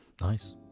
Nice